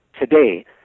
today